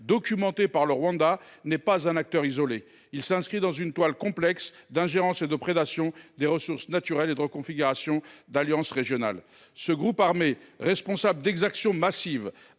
attestée par le Rwanda, n’est pas un acteur isolé. Il s’inscrit dans une toile complexe d’ingérences, de prédation des ressources naturelles et de reconfigurations d’alliances régionales. Ce groupe armé, responsable d’exactions massives,